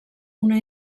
una